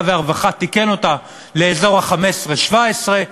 והרווחה תיקן אותה לאזור ה-15,000 17,000,